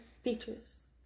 features